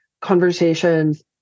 conversations